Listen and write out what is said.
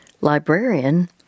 librarian